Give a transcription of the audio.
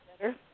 better